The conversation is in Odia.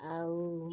ଆଉ ମୁଁ